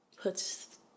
puts